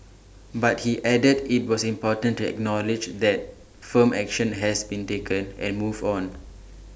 but he added IT was important to acknowledge that firm action has been taken and move on